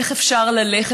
איך אפשר ללכת.